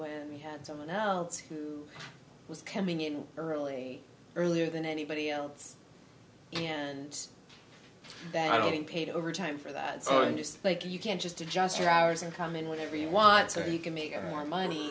when we had someone else who was coming in early earlier than anybody else and that i don't paid overtime for that son just like you can't just adjust your hours and come in whatever you want so you can make more money